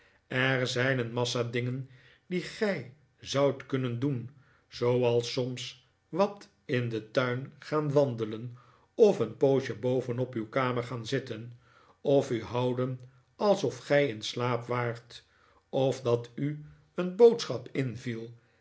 er zijn een massa dingen die gij zoudt kunnen doen zooals soms wat in den tuin gaan wandelen of een poosje boven op uw kamer gaan zitten of u houden alsof gij in slaap waart of dat u een boodschap inviel